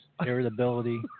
irritability